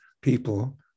people